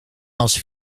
als